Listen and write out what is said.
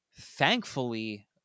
Thankfully